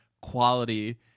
quality